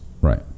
Right